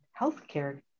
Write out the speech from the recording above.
healthcare